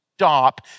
Stop